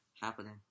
happening